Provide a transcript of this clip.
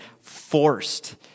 forced